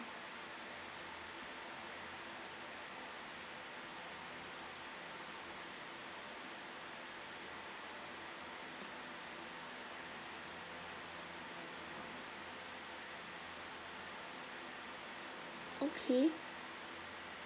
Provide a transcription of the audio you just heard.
okay